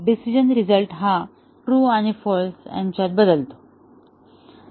डिसिजनचा result हा true आणि false यांच्यात बदलतो